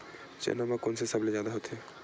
चना म कोन से सबले जादा होथे?